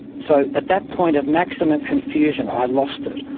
so at that point of maximum confusion i lost it.